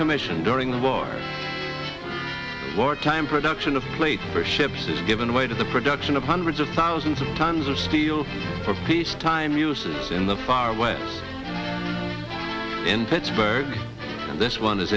commission during the war wartime production of plates for ships is given away to the production of hundreds of thousands of tons of steel for peacetime uses in the far west in pittsburgh this one is